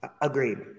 Agreed